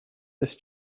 this